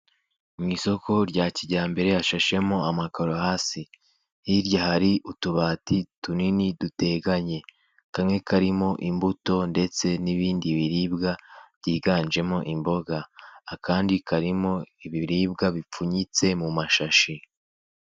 Mu isoko rya kijyambere hashashemo amakaro hasi, hirya hari utubati tunini duteganye kamwe karimo imbuto ndetse n'ibindi biribwa byiganjemo imboga, akandi karimo ibiribwa bipfunyitse mu mashashi.